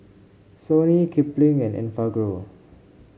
Sony Kipling and Enfagrow